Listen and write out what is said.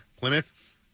Plymouth